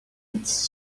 its